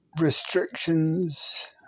restrictions